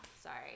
Sorry